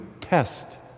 test